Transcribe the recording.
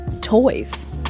toys